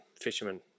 fishermen